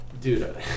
Dude